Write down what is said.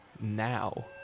now